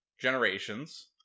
generations